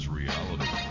reality